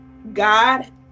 God